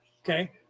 Okay